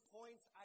points